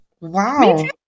Wow